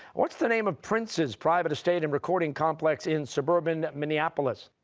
what's the name of prince's private estate and recording complex in suburban minneapolis?